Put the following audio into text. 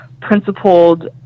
principled